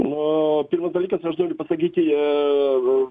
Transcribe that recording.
o pirmas dalykas aš noriu pasakyti ir